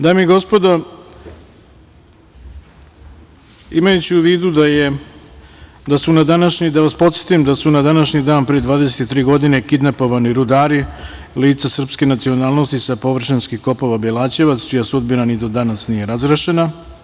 Dame i gospodo, imajući u vidu, da vas podsetim, da su na današnji dan pre 23 godine kidnapovani rudari - lica srpske nacionalnosti sa površinskih kopova Belaćevac, čija sudbina ni do danas nije razrešena.